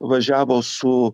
važiavo su